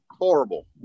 Horrible